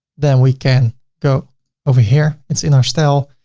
then we can go over here. it's in our style.